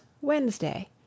Wednesday